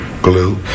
glue